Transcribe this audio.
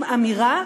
עם אמירה,